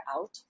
out